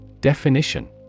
Definition